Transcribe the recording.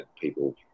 people